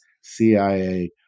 CIA